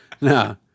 no